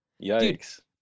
Yikes